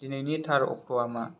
दिनैनि थार अक्ट'आ मा